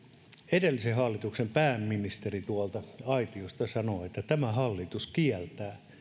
edellisen hallituksen pääministeri tuolta aitiosta sanoi että tämä hallitus kieltää